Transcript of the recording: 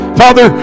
father